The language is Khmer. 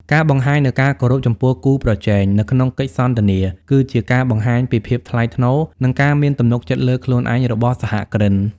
ការបង្ហាញនូវការគោរពចំពោះ "គូប្រជែង" នៅក្នុងកិច្ចសន្ទនា គឺជាការបង្ហាញពីភាពថ្លៃថ្នូរ និងការមានទំនុកចិត្តលើខ្លួនឯងរបស់សហគ្រិន។